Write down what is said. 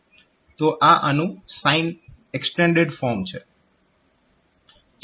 તો આ આનું સાઇન એક્સ્ટેન્ડેડ ફોર્મ છે